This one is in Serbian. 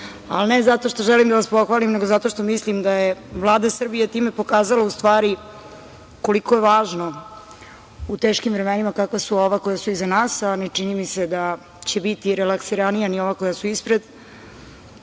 ali ne zato što želim da vas pohvalim, nego zato što mislim da je Vlada Srbije time pokazala u stvari koliko je važno u teškim vremenima kakva su ova koja su iza nas, a ne čini mi se da neće biti relaksiranija ni ova koja su ispred,